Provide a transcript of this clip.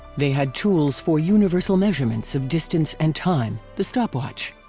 they had tools for universal measurements of distances and time, the stopwatch.